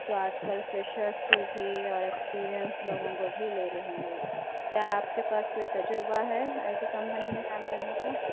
جو آج کل فریشرس کو بھی اور ایکسپیریئنس لوگوں کو بھی لے رہی ہے کیا آپ کے پاس کوئی تجربہ ہے آئی ٹی کمپنی میں کام کرنے کا